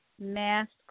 masks